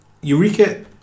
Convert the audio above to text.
Eureka